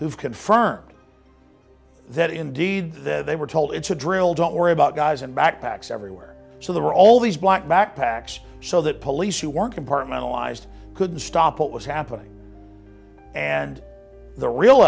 have confirmed that indeed the they were told it's a drill don't worry about guys and backpacks everywhere so they were all these black backpacks so that police who were compartmentalise couldn't stop what was happening and the real